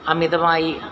അമിതമായി